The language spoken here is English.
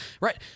Right